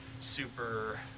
super